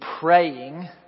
praying